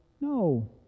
No